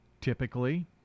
typically